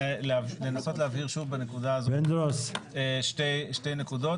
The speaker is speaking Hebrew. להבהיר שתי נקודות,